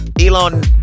Elon